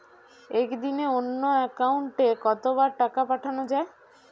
একদিনে অন্য একাউন্টে কত বার টাকা পাঠানো য়ায়?